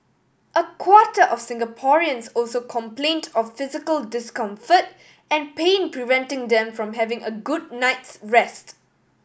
a quarter of Singaporeans also complained of physical discomfort and pain preventing them from having a good night's rest